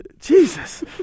Jesus